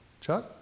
Chuck